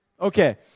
Okay